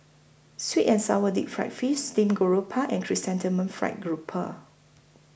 Sweet and Sour Deep Fried Face Steamed Grouper and Chrysanthemum Fried Grouper